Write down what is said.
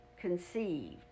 conceived